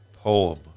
Poem